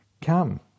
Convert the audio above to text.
Come